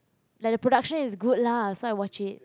like the production is good lah so I watch it